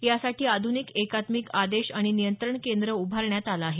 यासाठी आध्निक एकात्मिक आदेश आणि नियंत्रण केंद्र उभारण्यात आलं आहे